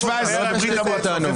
להחריב את הדמוקרטיה הישראלית.